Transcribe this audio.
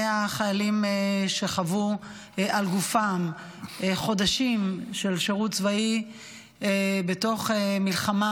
מהחיילים שחוו על גופם חודשים של שירות צבאי בתוך מלחמה,